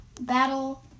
battle